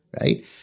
right